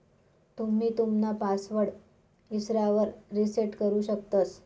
तुम्ही तुमना पासवर्ड इसरावर रिसेट करु शकतंस